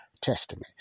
Testament